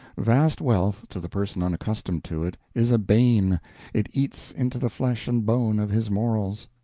vast wealth, to the person unaccustomed to it, is a bane it eats into the flesh and bone of his morals.